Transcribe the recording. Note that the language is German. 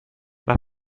nach